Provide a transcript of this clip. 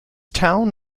town